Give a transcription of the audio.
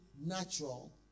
natural